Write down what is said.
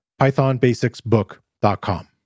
pythonbasicsbook.com